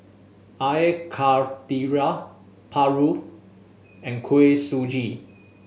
Air Karthira Paru and Kuih Suji